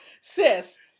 Sis